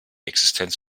existenz